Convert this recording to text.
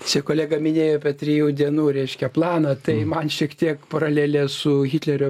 čia kolega minėjo apie trijų dienų reiškia planą tai man šiek tiek paralelė su hitlerio